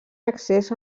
accés